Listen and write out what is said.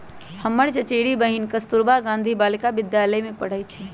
हमर चचेरी बहिन कस्तूरबा गांधी बालिका विद्यालय में पढ़इ छइ